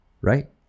right